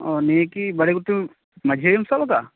ᱚ ᱱᱤᱭᱟ ᱠᱤ ᱵᱟᱲᱮᱜᱷᱩᱴᱩ ᱢᱟᱺᱡᱷᱤ ᱟᱭᱳᱢ ᱥᱟᱵᱟᱠᱟᱫᱟ